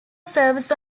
serves